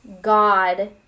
God